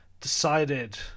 decided